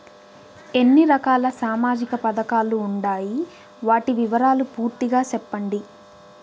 ఎన్ని రకాల సామాజిక పథకాలు ఉండాయి? వాటి వివరాలు పూర్తిగా సెప్పండి?